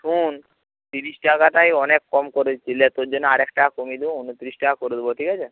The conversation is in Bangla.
শোন তিরিশ টাকাটাই অনেক কম করে দিচ্ছি নে তোর জন্য আর এক টাকা কমিয়ে দেব উনতিরিশ টাকা করে দেব ঠিক আছে